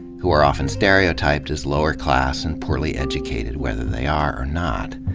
who are often stereotyped as lower-class and poorly educated whether they are or not.